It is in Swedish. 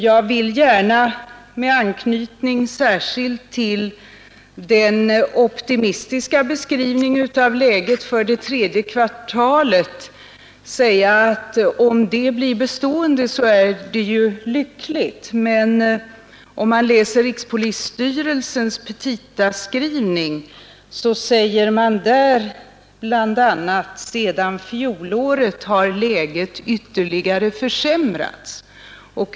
Jag vill gärna med anknytning särskilt till den optimistiska beskriv ningen av läget för det tredje kvartalet säga att om det blir bestående så är det ju lyckligt. Men i rikspolisstyrelsens petitaskrivning står bl.a. att sedan fjolåret har läget ytterligare försämrats.